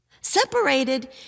Separated